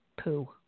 poo